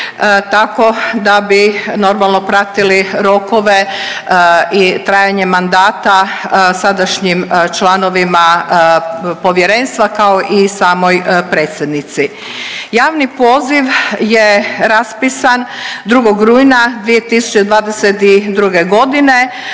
tako da bi normalno pratili rokove i trajanje mandata sadašnjim članovima povjerenstva, kao i samoj predsjednici. Javni poziv je raspisan 2. rujna 2022.g.